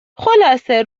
خلاصه